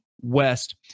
West